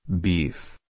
Beef